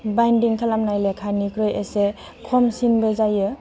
binding खालामनाय लेखानिख्रुइ एसे खमसिनबो जायो